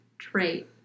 trait